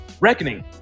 reckoning